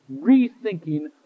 rethinking